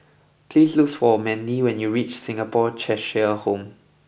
please look for Mendy when you reach Singapore Cheshire Home